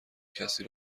کسی